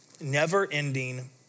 never-ending